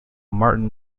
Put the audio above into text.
martin